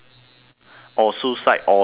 or suicide or depression